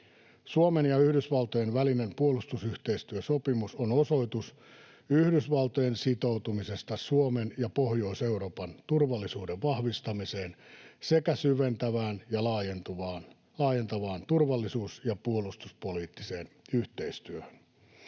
Suomen ja Yhdysvaltojen välinen puolustusyhteistyösopimus on osoitus Yhdysvaltojen sitoutumisesta Suomen ja Pohjois-Euroopan turvallisuuden vahvistamiseen sekä syventyvään ja laajentuvaan turvallisuus‑ ja puolustuspoliittiseen yhteistyöhön.